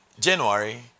January